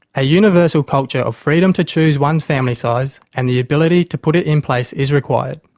a universal culture of freedom to choose one's family size and the ability to put it in place is required.